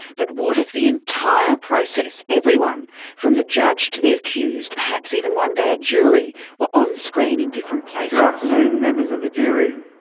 but what if the entire process, everyone from the judge to the accused, perhaps even one day a jury were on screen in different places? good afternoon members of the jury.